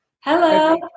Hello